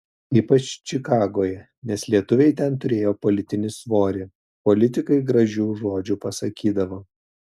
ypač čikagoje nes lietuviai ten turėjo politinį svorį politikai gražių žodžių pasakydavo